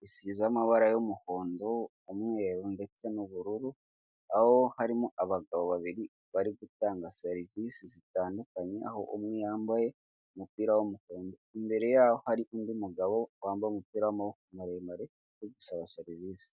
bisize amabara y'umuhondo, umweru ndetse n'ubururu, aho harimo abagabo babiri bari gutanga serivisi zitandukanye, aho umwe yambaye umupira w'umuhondo, imbere yaho hari undi mugabo wambaye umupira w'amaboko maremare, uri gusaba serivisi.